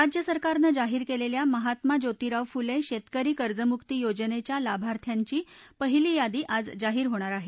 राज्य सरकारनं जाहीर केलेल्या महात्मा ज्योतिराव फुले शेतकरी कर्जमुक्ती योजनेच्या लाभार्थ्यांची पहिली यादी आज जाहीर होणार आहे